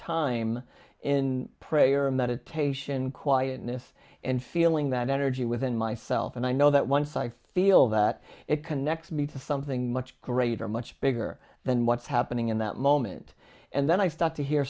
time in prayer meditation quietness and feeling that energy within myself and i know that once i feel that it connects me to something much greater much bigger than what's happening in that moment and then i start to hear